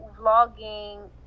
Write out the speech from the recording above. vlogging